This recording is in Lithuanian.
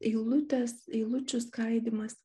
eilutės eilučių skaidymas